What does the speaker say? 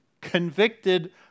convicted